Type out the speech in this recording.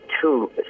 two